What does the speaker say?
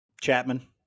Chapman